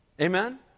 Amen